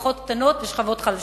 משפחות קטנות ושכבות חלשות.